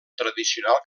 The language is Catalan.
tradicional